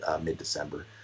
mid-December